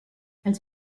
als